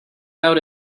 out